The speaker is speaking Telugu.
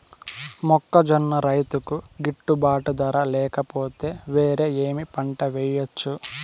మొక్కజొన్న రైతుకు గిట్టుబాటు ధర లేక పోతే, వేరే ఏమి పంట వెయ్యొచ్చు?